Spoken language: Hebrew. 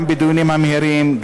גם בדיונים המהירים,